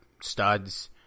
studs